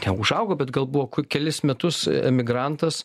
neužaugo bet gal buvo kelis metus emigrantas